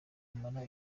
kumara